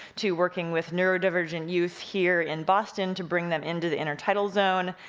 to working with neurodivergent youth here in boston, to bring them in to the inner title zone,